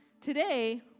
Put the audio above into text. Today